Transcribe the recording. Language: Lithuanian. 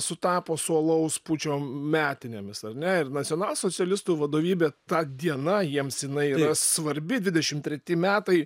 sutapo su alaus pučio metinėmis ar ne ir nacionalsocialistų vadovybė ta diena jiems jinai svarbi dvidešim treti metai